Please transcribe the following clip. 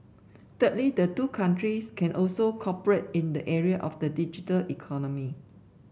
thirdly the two countries can also cooperate in the area of the digital economy